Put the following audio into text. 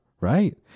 right